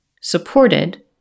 supported